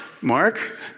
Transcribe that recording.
Mark